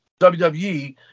WWE